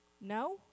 No